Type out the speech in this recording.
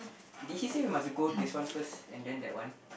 did he say we must go this one first and then that one